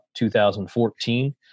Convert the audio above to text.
2014